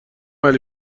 علی